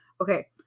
okay